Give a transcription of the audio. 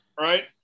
Right